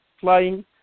flying